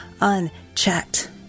unchecked